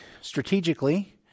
strategically